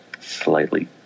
slightly